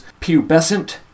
pubescent